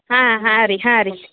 ಹಾಂ ಹಾಂ ರೀ ಹಾಂ ರೀ